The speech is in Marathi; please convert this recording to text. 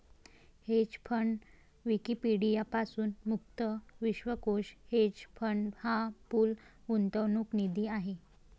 हेज फंड विकिपीडिया पासून मुक्त विश्वकोश हेज फंड हा पूल गुंतवणूक निधी आहे